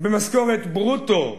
במשכורת ברוטו,